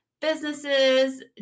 businesses